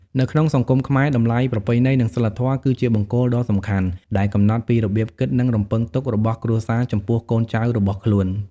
នៅក្នុងសង្គមខ្មែរ តម្លៃប្រពៃណី និងសីលធម៌ គឺជាបង្គោលដ៏សំខាន់ដែលកំណត់ពីរបៀបគិត និងរំពឹងទុករបស់គ្រួសារចំពោះកូនចៅរបស់ខ្លួន។